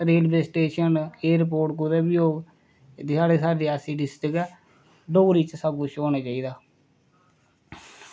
railway station airport कुदै बी होऐ इद्धर साढ़े रियासी डिस्ट्रिक्ट ऐ सबकुछ डोगरी च होना चाहिदा ऐ